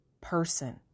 person